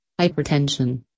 hypertension